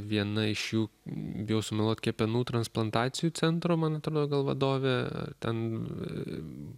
viena iš jų bijau sumeluoti kepenų transplantacijų centro man atrodo gal vadovė ten